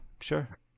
sure